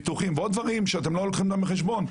ביטוחים ועוד דברים שאתם לא לוקחים אותם בחשבון,